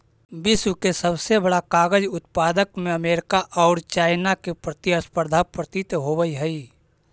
विश्व के सबसे बड़ा कागज उत्पादक में अमेरिका औउर चाइना में प्रतिस्पर्धा प्रतीत होवऽ हई